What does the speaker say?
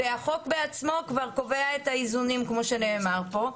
החוק בעצמו כבר קובע את האיזונים כמו שנאמר פה.